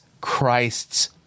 Christ's